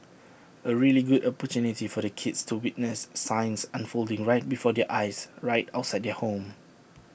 A really good opportunity for the kids to witness science unfolding right before their eyes right outside their home